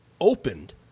opened